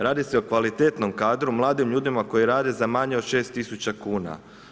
Radi se o kvalitetnom kadru, mladim ljudima koji rade za manje od 6 tisuća kuna.